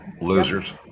Losers